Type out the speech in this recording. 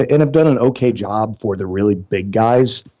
ah and have done an okay job for the really big guys,